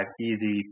easy